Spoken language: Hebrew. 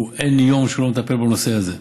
אין יום שהוא לא מטפל בנושא הזה.